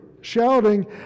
shouting